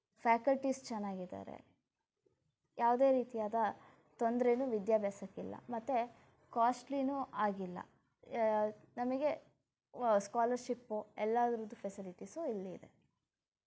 faculties ಚೆನ್ನಾಗಿದ್ದಾರೆ ಯಾವುದೇ ರೀತಿಯಾದ ತೊಂದರೇನೂ ವಿದ್ಯಾಭ್ಯಾಸಕ್ಕಿಲ್ಲ ಮತ್ತು ಕಾಸ್ಟ್ಲಿನೂ ಆಗಿಲ್ಲ ನಮಗೆ ಸ್ಕಾಲರ್ಶಿಪ್ಪು ಎಲ್ಲದ್ರದ್ದು ಫೆಸಿಲಿಟೀಸೂ ಇಲ್ಲಿ ಇದೆ